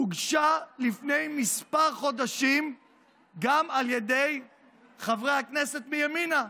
הוגשה לפני כמה חודשים גם על ידי חברי הכנסת מימינה.